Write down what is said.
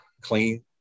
clean